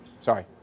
Sorry